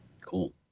Cool